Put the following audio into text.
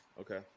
Okay